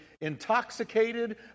intoxicated